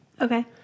Okay